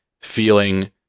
feeling